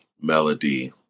melody